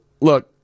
look